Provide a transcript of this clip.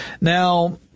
Now